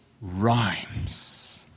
rhymes